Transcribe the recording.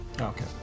okay